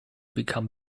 become